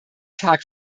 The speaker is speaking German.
tag